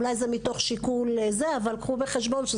אולי זה מתוך שיקול אבל קחו בחשבון,